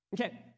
Okay